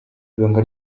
ibanga